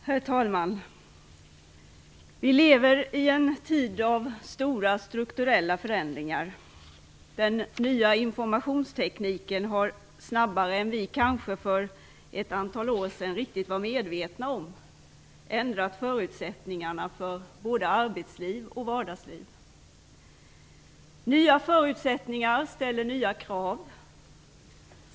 Herr talman! Vi lever i en tid av stora strukturella förändringar. Den nya informationstekniken har ändrat förutsättningarna för både arbetsliv och vardagsliv snabbare än vad vi kanske var riktigt medvetna om för ett antal år sedan. Nya förutsättningar ställer nya krav.